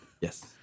Yes